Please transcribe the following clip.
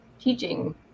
teaching